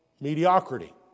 mediocrity